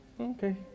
Okay